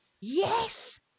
Yes